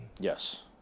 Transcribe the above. Yes